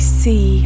see